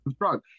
drug